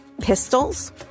Pistols